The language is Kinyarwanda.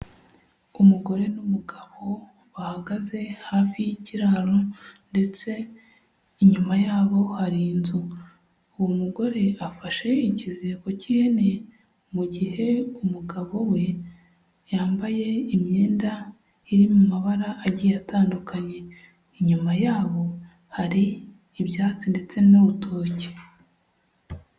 Umugore n'umugabo bahagaze hafi y'ikiraro ndetse inyuma yabo hari inzu. Uwo mugore afashe ikiziko cy'ihene mu gihe umugabo we yambaye imyenda iri mu mabara agiye atandukanye. Inyuma yabo hari ibyatsi ndetse n'urutoki.